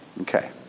Okay